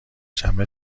شنبه